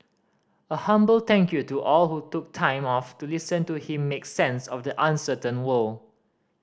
a humble thank you to all who took time off to listen to him make sense of the uncertain world